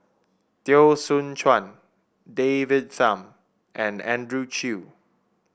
Teo Soon Chuan David Tham and Andrew Chew